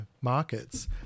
markets